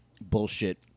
bullshit